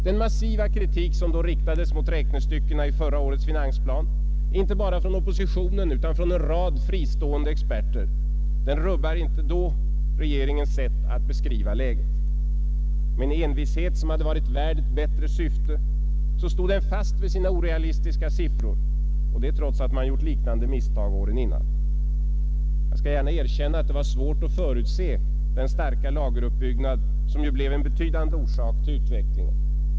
Den massiva kritik som riktades mot räknestyckena i förra årets finansplan, inte bara från oppositionen utan från en rad fristående experter, rubbade inte då regeringens sätt att beskriva läget. Med en envishet som varit värd ett bättre syfte stod den fast vid sina orealistiska siffror och det trots att man gjort liknande misstag året innan. Jag skall gärna erkänna att det var svårt att förutse den starka lageruppbyggnad som ju blev en betydande orsak till utvecklingen.